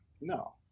No